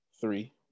three